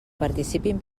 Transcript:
participin